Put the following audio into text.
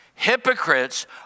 Hypocrites